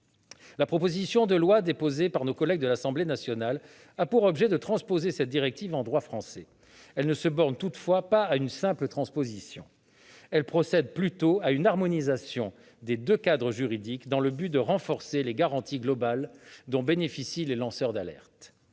La proposition de loi déposée par nos collègues de l'Assemblée nationale a pour objet de transposer cette directive en droit français. Elle ne se borne toutefois pas à une simple transposition. Elle procède plutôt à une harmonisation des deux cadres juridiques, dans le but de renforcer les garanties globales dont bénéficient les lanceurs d'alerte.